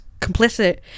complicit